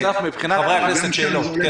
חברי הכנסת, שאלות.